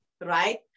right